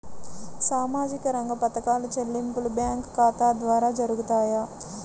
సామాజిక రంగ పథకాల చెల్లింపులు బ్యాంకు ఖాతా ద్వార జరుగుతాయా?